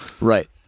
right